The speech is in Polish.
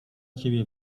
ciebie